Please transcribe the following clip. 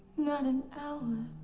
not an hour